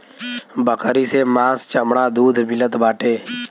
बकरी से मांस चमड़ा दूध मिलत बाटे